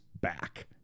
back